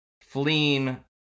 fleeing